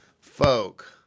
folk